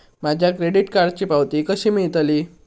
माझ्या क्रेडीट कार्डची पावती कशी मिळतली?